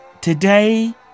today